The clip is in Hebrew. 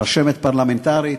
רשמת פרלמנטרית,